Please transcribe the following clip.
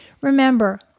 Remember